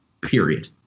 period